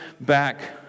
back